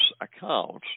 accounts